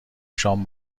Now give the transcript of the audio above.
شام